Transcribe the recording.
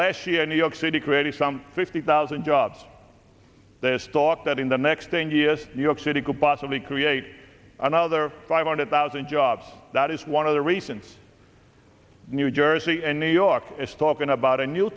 last year in new york city clearly some fifty thousand jobs there's thought that in the next ten years new york city could possibly create another five hundred thousand jobs that is one of the reasons new jersey and new york is talking about a new